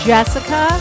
Jessica